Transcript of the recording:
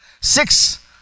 Six